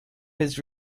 his